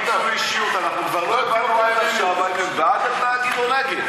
אנחנו כבר לא הבנו אם הם בעד התאגיד או נגד.